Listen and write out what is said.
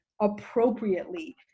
appropriately